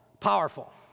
powerful